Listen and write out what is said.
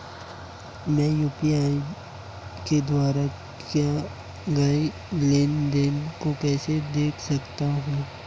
मैं यू.पी.आई के द्वारा किए गए लेनदेन को कैसे देख सकता हूं?